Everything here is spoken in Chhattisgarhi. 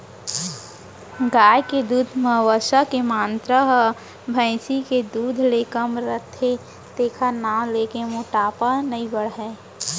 गाय के दूद म वसा के मातरा ह भईंसी के दूद ले कम रथे तेकर नांव लेके मोटापा नइ बाढ़य